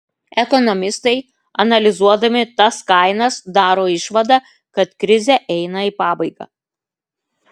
ekonomistai analizuodami tas kainas daro išvadą kad krizė eina į pabaigą